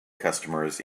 customers